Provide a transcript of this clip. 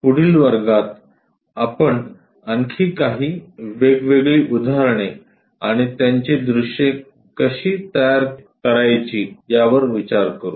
पुढील वर्गात आपण आणखी काही वेगवेगळी उदाहरणे आणि त्यांची दृश्ये कशी तयार करायची यावर विचार करू